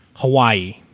Hawaii